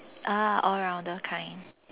uh all rounder kind